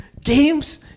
games